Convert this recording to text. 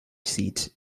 seat